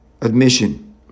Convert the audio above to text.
admission